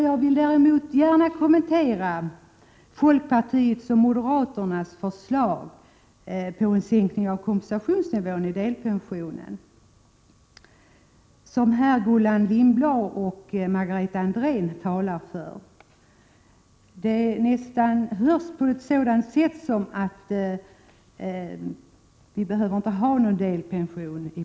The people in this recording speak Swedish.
Jag vill dock gärna kommentera folkpartiets och moderaternas förslag till sänkning av kompensationsnivå i delpensionen, som Gullan Lindblad och Margareta Andrén talar för. Det låter nästan som om vii princip inte behöver ha någon delpension.